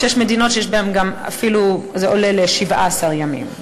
ויש מדינות שבהן זה אפילו עולה ל-17 ימים.